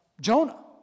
Jonah